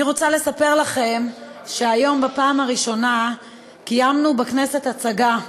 אני רוצה לספר לכם שהיום בפעם הראשונה קיימנו בכנסת הצגה,